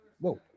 Whoa